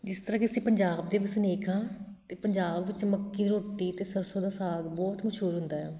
ਜਿਸ ਤਰ੍ਹਾਂ ਕਿ ਅਸੀਂ ਪੰਜਾਬ ਦੇ ਵਸਨੀਕ ਹਾਂ ਅਤੇ ਪੰਜਾਬ 'ਚ ਮੱਕੀ ਦੀ ਰੋਟੀ ਅਤੇ ਸਰਸੋਂ ਦਾ ਸਾਗ ਬਹੁਤ ਮਸ਼ਹੂਰ ਹੁੰਦਾ ਹੈ